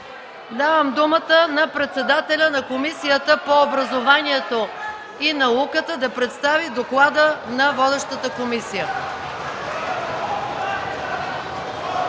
Давам думата на председателя на Комисията по образованието и науката да представи доклада на водещата комисия.